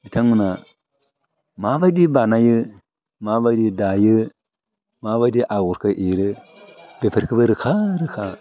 बिथांमोना माबायदि बानायो माबायदि दायो माबायदि आगरखो एरो बेफोरखौबो रोखा रोखा